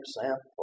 example